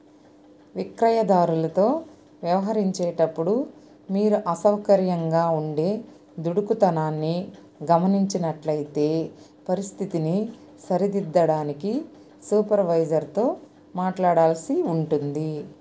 విక్రయదారులతో వ్యవహరించేటప్పుడు మీరు అసౌకర్యంగా ఉండే దుడుకుతనాన్ని గమనించినట్లైతే పరిస్థితిని సరిదిద్దడానికి సూపర్వైజర్తో మాట్లాడాల్సి ఉంటుంది